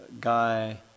Guy